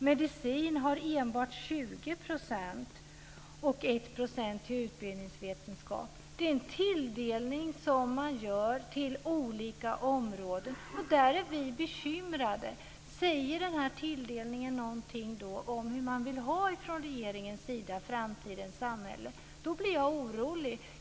Medicin har enbart 20 % och utbildningsvetenskap 1 %. Det är en tilldelning som man gör till olika områden, och där är vi bekymrade. Säger den här tilldelningen någonting om hur regeringen vill att framtidens samhälle ska vara? Då blir jag orolig.